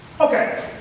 Okay